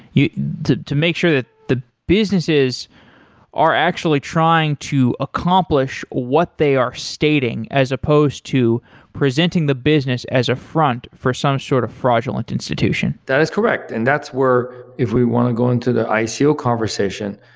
you know to to make sure that the businesses are actually trying to accomplish what they are stating, as opposed to presenting the business as a front for some sort of fraudulent institution that is correct and that's where if we want to go into the ico so conversation,